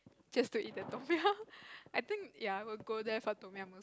just to eat the Tom-yum I think ya I will go there for Tom-yum al~